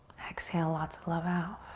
exhale lots of love out.